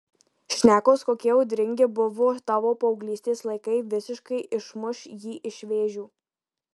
šnekos kokie audringi buvo tavo paauglystės laikai visiškai išmuš jį iš vėžių